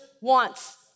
wants